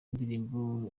indirimbo